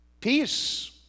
Peace